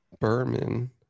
Berman